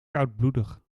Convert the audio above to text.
koudbloedig